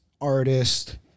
artist